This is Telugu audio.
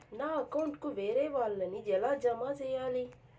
నా అకౌంట్ కు వేరే వాళ్ళ ని ఎలా జామ సేయాలి?